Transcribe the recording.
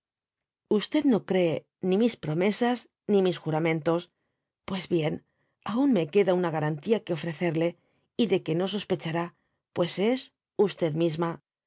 no cree ni mis promesas ni mis jaramentos pues bien aun me queda ana garantía que ofrecerle j de que no sospechará pues es misma